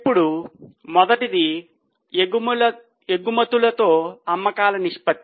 ఇప్పుడు మొదటిది ఎగుమతులతో అమ్మకాల నిష్పత్తి